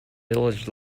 village